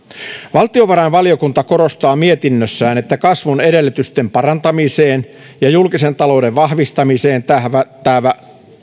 valtiovarainvaliokunta korostaa mietinnössään että kasvun edellytysten parantamiseen ja julkisen talouden vahvistamiseen tähtäävää